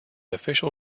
official